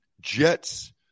Jets